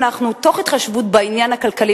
תוך התחשבות בעניין ה"כלכלי",